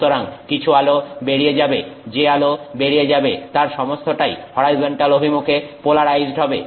সুতরাং কিছু আলো বেরিয়ে যাবে যে আলো বেরিয়ে যাবে তার সমস্তটাই হরাইজন্টাল অভিমুখে পোলারাইজড হবে